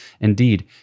indeed